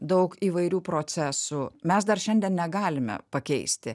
daug įvairių procesų mes dar šiandien negalime pakeisti